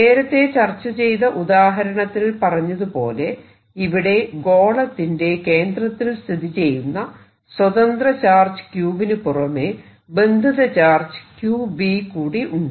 നേരത്തെ ചർച്ച ചെയ്ത ഉദാഹരണത്തിൽ പറഞ്ഞത് പോലെ ഇവിടെ ഗോളത്തിന്റെ കേന്ദ്രത്തിൽ സ്ഥിതിചെയ്യുന്ന സ്വതന്ത്ര ചാർജ് Q വിനു പുറമെ ബന്ധിത ചാർജ് Qb കൂടി ഉണ്ട്